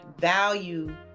value